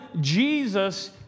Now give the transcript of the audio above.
Jesus